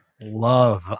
love